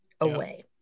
away